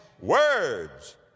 words